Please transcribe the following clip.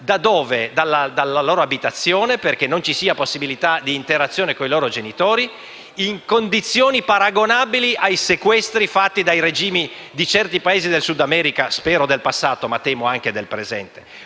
da dalla loro abitazione, perché non ci sia possibilità di interazione con i loro genitori, in condizioni paragonabili ai sequestri fatti dai regimi di certi Paesi del Sudamerica (spero del passato, ma temo anche del presente).